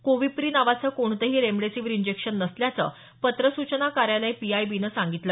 कोविप्री नावाचं कोणतंही remdesivir injection नसल्याचं पत्र सूचना कार्यालय पीआयबीनं सांगितलं